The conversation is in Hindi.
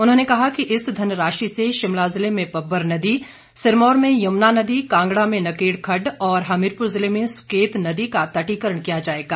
उन्होंने कहा कि इस धनराशि से शिमला जिले में पब्बर नदी सिरमौर में यमुना नदी कांगड़ा में नकेड़ खड्ड और हमीरपुर जिले में सुकेत नदी का तटीकरण किया जाएगा